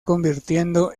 convirtiendo